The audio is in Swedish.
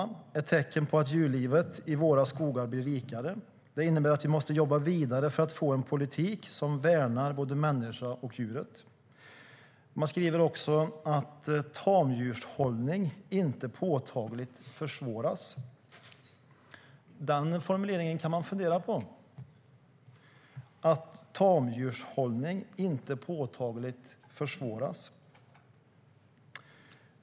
Det är ett tecken på att djurlivet i våra skogar blir rikare . Det innebär att vi måste jobba vidare för att få en politik som värnar både människan och djuret." Man skriver också att "tamdjurshållning inte påtagligt försvåras". Den formuleringen kan man fundera på: att tamdjurshållning inte påtagligt försvåras.